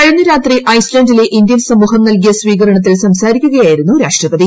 കഴിഞ്ഞ രാത്രി ഐസ്ലാന്റിലെ ഇന്ത്യൻ സമൂഹം നൽകിയ സ്വീകരണത്തിൽ സംസാരിക്കുകയായിരുന്നു രാഷ്ട്രപതി